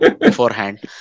beforehand